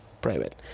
private